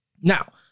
Now